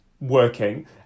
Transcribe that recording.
working